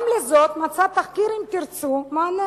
גם לזאת מצא תחקיר "אם תרצו" מענה.